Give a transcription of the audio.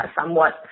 somewhat